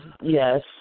yes